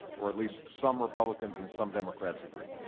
or at least some republicans and some democrats agree.